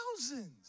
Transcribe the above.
thousands